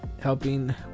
helping